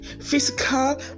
physical